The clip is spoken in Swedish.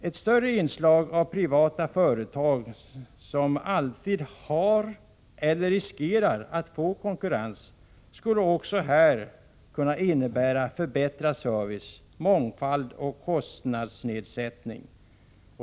Ett större inslag av privata företag, som alltid har eller riskerar att få konkurrens, skulle också här kunna innebära förbättrad service, mångfald och kostnadsnedsättning.